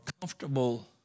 comfortable